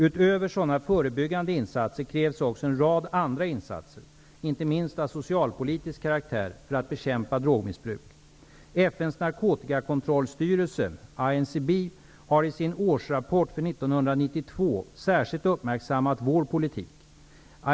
Utöver sådana förebyggande insatser krävs också en rad andra insatser, inte minst av socialpolitisk karaktär, för att bekämpa drogmissbruk. FN:s narkotikakontrollstyrelse, INCB, har i sin årsrapport för 1992 särskilt uppmärksammat vår politik.